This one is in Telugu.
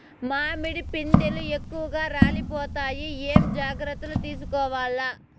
మామిడి పిందెలు ఎక్కువగా రాలిపోతాయి ఏమేం జాగ్రత్తలు తీసుకోవల్ల?